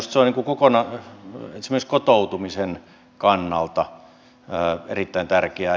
minusta se on esimerkiksi kotoutumisen kannalta erittäin tärkeää